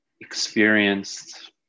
experienced